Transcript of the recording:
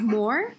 more